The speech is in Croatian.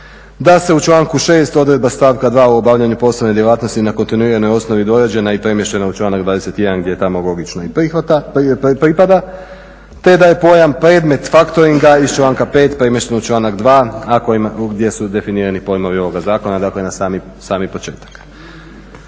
da se u članku 6. odredba stavka 2. o obavljanju poslovne djelatnosti na kontinuiranoj osnovi dorađena i premještena u članak 21. gdje tamo logično i pripada, te da je pojam predmet faktoringa iz članka 5. premješten u članak 2. a gdje su definirani pojmovi ovoga zakona. Dakle, na sami početak.